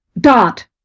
Dot